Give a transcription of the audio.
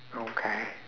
okay